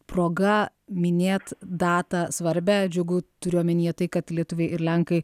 proga minėti datą svarbią džiugu turiu omenyje tai kad lietuviai ir lenkai